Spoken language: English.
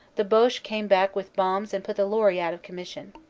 the boche came back with bombs and put the lorry out of commission.